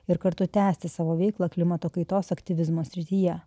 ir kartu tęsti savo veiklą klimato kaitos aktyvizmo srityje